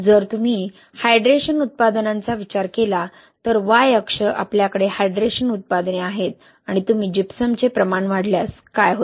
जर तुम्ही हायड्रेशन उत्पादनांचा विचार केला तर Y अक्ष आमच्याकडे हायड्रेशन उत्पादने आहेत आणि तुम्ही जिप्समचे प्रमाण वाढवल्यास काय होते